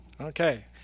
Okay